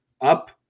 up